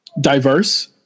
diverse